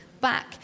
back